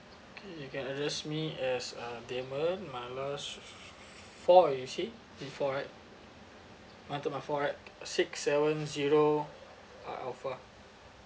K you can address me as um damon mala four you see before right mathema~ four right six seven zero ah alpha